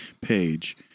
page